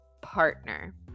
partner